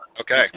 Okay